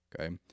okay